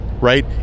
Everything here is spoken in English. right